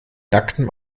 nacktem